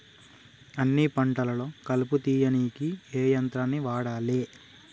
అన్ని పంటలలో కలుపు తీయనీకి ఏ యంత్రాన్ని వాడాలే?